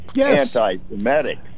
anti-Semitic